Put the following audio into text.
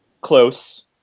close